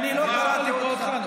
אני לא קראתי אותך,